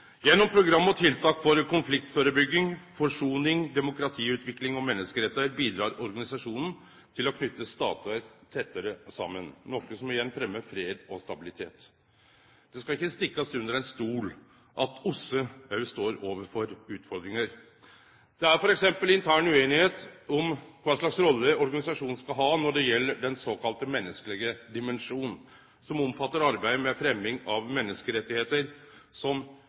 Gjennom program og tiltak for konfliktførebygging, forsoning, demokratiutvikling og menneskerettar bidreg organisasjonen til å knytte statar tettare saman, noko som igjen fremmer fred og stabilitet. Det skal ikkje stikkast under ein stol at OSSE òg står overfor utfordringar. Det er f.eks. intern ueinigheit om kva slags rolle organisasjonen skal ha når det gjeld den såkalla menneskelege dimensjonen, som omfattar arbeidet med fremming av menneskerettar, som